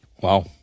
Wow